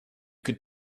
could